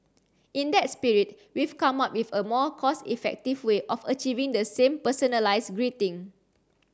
in that spirit we've come up with a more cost effective way of achieving the same personalized greeting